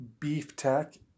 BeefTech